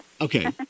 Okay